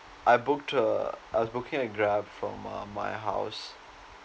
I booked a I was booking a grab from uh my house